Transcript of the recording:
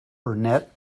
burnett